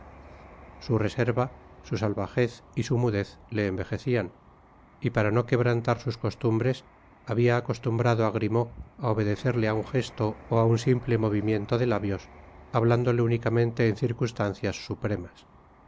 su reserva su salvajez y su mudez le envejecían y para no quebrantar sus costumbres habia acostumbrado á grimaud á obedecerle á un gesto ó á un simple movimiento de labios habiéndole únicamente en circunstancias supremas